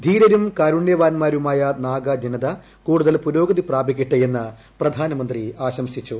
ധീരരും കാരുണ്യവാൻമാരുമായ നാഗാ ജനത കൂടുതൽ പുരോഗതി പ്രാപിക്കട്ടെ എന്ന് പ്രധാനമന്ത്രി ആശംസിച്ചു